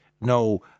no